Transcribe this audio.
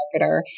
marketer